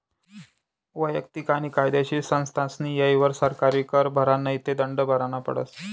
वैयक्तिक आणि कायदेशीर संस्थास्नी येयवर सरकारी कर भरा नै ते दंड भरना पडस